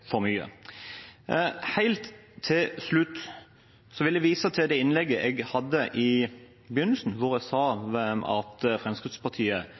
for mye. Helt til slutt vil jeg vise til innlegget jeg hadde i begynnelsen, hvor jeg sa at Fremskrittspartiet